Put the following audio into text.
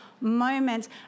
moments